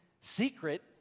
secret